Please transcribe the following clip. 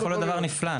יכול להיות דבר נפלא.